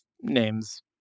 names